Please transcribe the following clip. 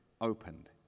opened